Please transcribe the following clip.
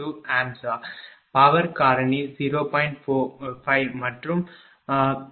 32A power காரணி 0